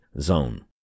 Zone